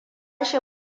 shi